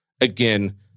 Again